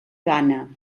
gana